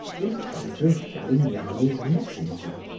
in front of galignani's messenger.